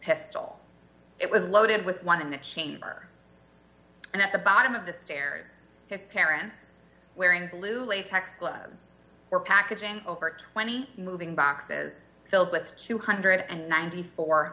pistol it was loaded with one in the chamber and at the bottom of the stairs his parents wearing blue latex clothes were packaging over twenty moving boxes filled with two hundred and ninety four